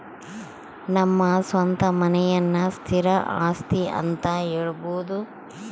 ನಮ್ಮ ಸ್ವಂತ ಮನೆಯನ್ನ ಸ್ಥಿರ ಆಸ್ತಿ ಅಂತ ಹೇಳಬೋದು